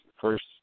first